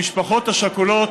המשפחות השכולות,